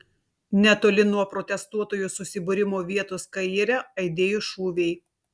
netoli nuo protestuotojų susibūrimo vietos kaire aidėjo šūviai